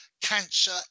Cancer